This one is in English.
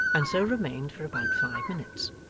and so remained for about five minutes.